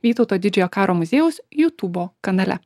vytauto didžiojo karo muziejaus jutūbo kanale